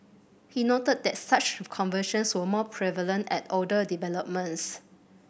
he noted that such conversions were more prevalent at older developments